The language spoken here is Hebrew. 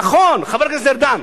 נכון, חבר הכנסת ארדן,